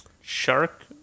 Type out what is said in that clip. shark